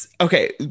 okay